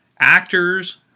actors